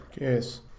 Yes